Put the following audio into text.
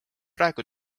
praegu